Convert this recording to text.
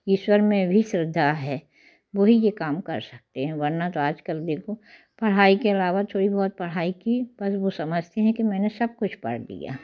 ईश्वर में भी श्रद्धा है वही ये काम कर सकते हैं वरना तो आज कल देखो पढ़ाई के अलावा थोड़ी बहुत पढ़ाई की बस वो समझते है कि मैंने सब कुछ पढ़ लिया